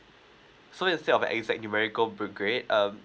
so instead of the exact numerical be grade um